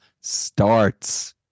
starts